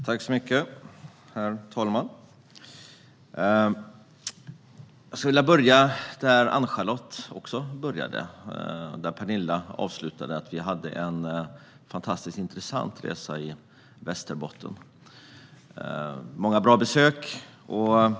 Herr talman! Jag skulle vilja börja där Ann-Charlotte började och där Penilla avslutade, alltså med att vi gjorde en fantastiskt intressant resa i Västerbotten. Det var många bra besök under resan.